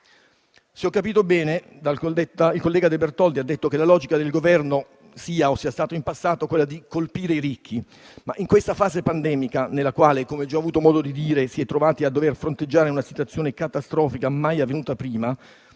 Se ho capito bene, il collega De Bertoldi ha detto che la logica del Governo è, o è stata in passato, colpire i ricchi. Ma in questa fase pandemica, nella quale si è trovato a dover fronteggiare una situazione catastrofica mai avvenuta prima,